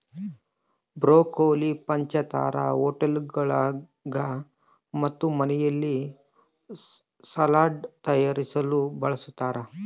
broccoli ಪಂಚತಾರಾ ಹೋಟೆಳ್ಗುಳಾಗ ಮತ್ತು ಮನೆಯಲ್ಲಿ ಸಲಾಡ್ ತಯಾರಿಸಲು ಬಳಸತಾರ